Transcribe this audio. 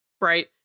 Right